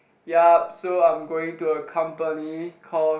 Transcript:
yup so I am going to a company called